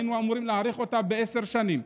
והיינו אמורים להאריך אותה בעשר שנים.